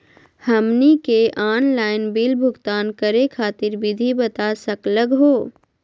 हमनी के online bill भुगतान करे खातीर विधि बता सकलघ हो?